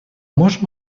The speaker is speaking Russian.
может